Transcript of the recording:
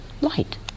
light